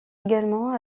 également